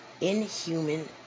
inhuman